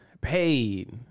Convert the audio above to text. Paid